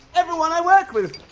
everyone i work with,